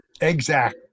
Exact